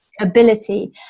ability